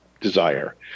desire